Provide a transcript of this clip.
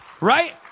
Right